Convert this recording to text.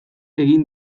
egin